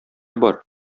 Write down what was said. бар